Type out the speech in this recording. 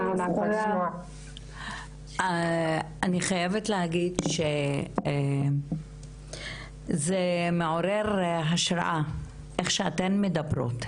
אני חייבת להגיד שזה מעורר השראה איך שאתן מדברות,